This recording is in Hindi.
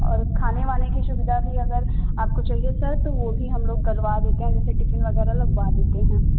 और खाने वाने की सुविधा भी अगर आपको चाहिए सर तो वो भी हम लोग करवा देते हैं जैसे टिफिन वगैरह लगवा देते हैं